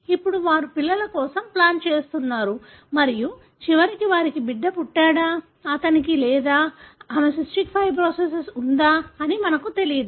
ఇప్పుడు వారు పిల్లల కోసం ప్లాన్ చేస్తున్నారు మరియు చివరికి వారికి బిడ్డ పుట్టాడా అతనికి లేదా ఆమెకు సిస్టిక్ ఫైబ్రోసిస్ ఉందా అని మనకు తెలియదు